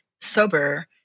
sober